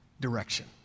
direction